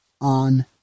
on